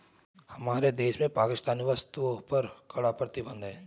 हमारे देश में पाकिस्तानी वस्तुएं पर कड़ा प्रतिबंध हैं